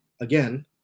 again